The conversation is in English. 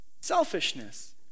selfishness